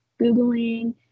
Googling